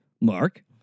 Mark